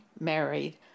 married